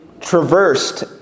traversed